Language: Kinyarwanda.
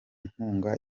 nkunga